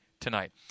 tonight